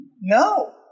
No